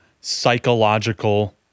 psychological